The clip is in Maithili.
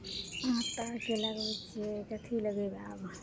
हँ तऽ लगेबय छियै अथी लगेबय आब